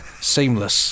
Seamless